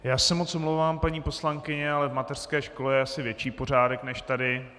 Já se moc omlouvám, paní poslankyně, ale v mateřské škole je asi větší pořádek než tady.